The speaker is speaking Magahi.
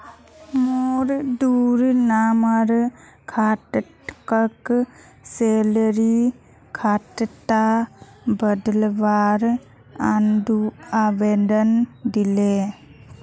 मोर द्वारे नॉर्मल खाताक सैलरी खातात बदलवार आवेदन दिले